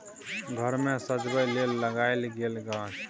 घर मे सजबै लेल लगाएल गेल गाछ